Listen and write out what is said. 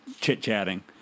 chit-chatting